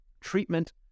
treatment